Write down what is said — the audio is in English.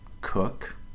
cook